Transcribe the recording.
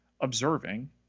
observing